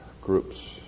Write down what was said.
groups